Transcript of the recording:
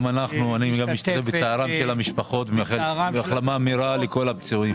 גם אני משתתף בצערן של המשפחות והחלמה מהירה לכל הפצועים.